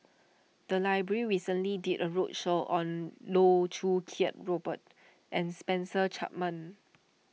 the library recently did a roadshow on Loh Choo Kiat Robert and Spencer Chapman